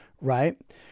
Right